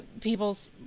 people's